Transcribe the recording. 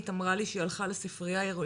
אמרה לי שהיא הלכה לספרייה העירונית,